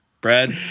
Brad